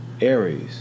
Aries